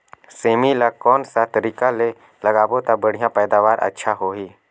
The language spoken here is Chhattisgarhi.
सेमी ला कोन सा तरीका ले लगाबो ता बढ़िया पैदावार अच्छा होही?